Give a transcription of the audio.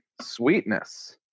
sweetness